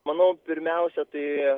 manau pirmiausia tai